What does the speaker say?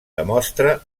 demostra